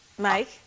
Mike